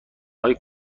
های